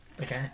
Okay